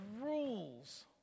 rules